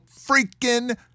freaking